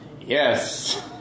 Yes